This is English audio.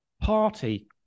party